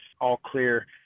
all-clear